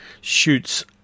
shoots